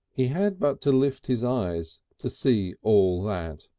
he had but to lift his eyes to see all that,